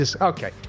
Okay